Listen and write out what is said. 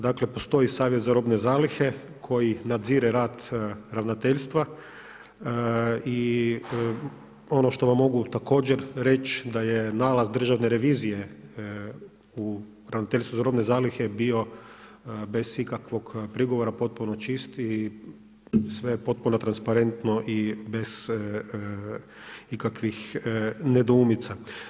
Dakle postoji Savjet za robne zalihe koji nadzire rad ravnateljstva i ono što vam mogu također reć da je nalaz Državne revizije u Ravnateljstvu za robne zalihe bio bez ikakvog prigovora potpuno čist i sve je potpuno transparentno i bez ikakvih nedoumica.